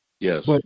Yes